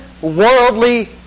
worldly